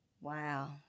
Wow